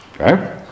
Okay